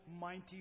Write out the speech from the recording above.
mighty